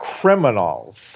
criminals